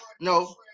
no